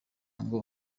ngo